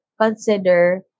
consider